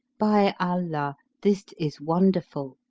by allah, this is wonderful!